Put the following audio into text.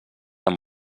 amb